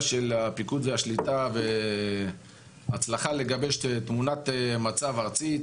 של הפיקוד והשליטה והצלחה לגבש תמונת מצב ארצית,